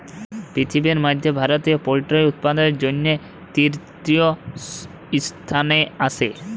পিরথিবির ম্যধে ভারত পোলটিরি উৎপাদনের জ্যনহে তীরতীয় ইসথানে আসে